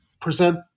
present